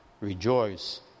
Rejoice